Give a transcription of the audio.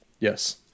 yes